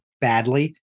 badly